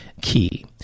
key